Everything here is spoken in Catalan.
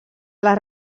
les